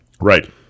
Right